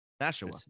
Nashua